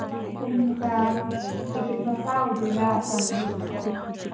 ꯊꯨꯝ ꯃꯆꯥ ꯄꯦꯀꯦꯠ ꯃꯆꯥ ꯑꯣꯏꯗꯣꯏꯔꯥ ꯑꯆꯧꯕ ꯑꯣꯏꯗꯣꯏꯔꯥ